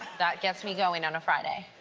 that gets me going on a friday.